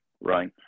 Right